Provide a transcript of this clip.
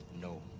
No